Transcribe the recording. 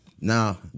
now